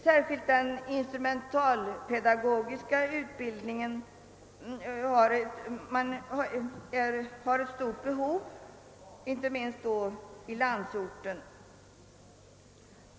Särskilt den instrumentalpedagogiska utbildningen skapar ett stort behov, inte minst i landsorten.